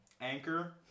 Anchor